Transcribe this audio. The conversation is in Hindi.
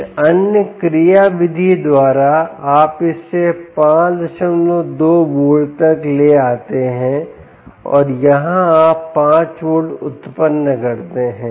कुछ अन्य क्रियाविधि द्वारा आप इसे 52 वोल्ट तक ले आते हैं और यहाँ आप 5 वोल्ट उत्पन्न करते हैं